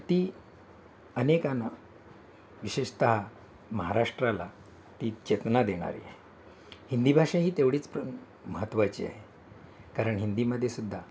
ती अनेकांना विशेषतः महाराष्ट्राला ती चेतना देणारी आहे हिंदी भाषा ही तेवढीच प्र महत्त्वाची आहे कारण हिंदीमध्ये सुुद्धा